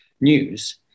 News